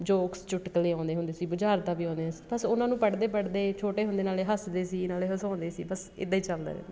jokes ਚੁਟਕਲੇ ਆਉਂਦੇ ਹੁੰਦੇ ਸੀ ਬੁਝਾਰਤਾਂ ਵੀ ਆਉਂਦੀਆਂ ਸੀ ਬਸ ਉਹਨਾਂ ਨੂੰ ਪੜ੍ਹਦੇ ਪੜ੍ਹਦੇ ਛੋਟੇ ਹੁੰਦੇ ਨਾਲ਼ੇ ਹੱਸਦੇ ਸੀ ਨਾਲ਼ੇ ਹਸਾਉਂਦੇ ਸੀ ਬਸ ਇੱਦਾਂ ਹੀ ਚੱਲਦਾ ਰਹਿੰਦਾ ਸੀ